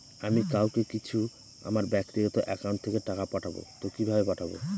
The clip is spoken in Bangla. আমি কাউকে কিছু আমার ব্যাক্তিগত একাউন্ট থেকে টাকা পাঠাবো তো কিভাবে পাঠাবো?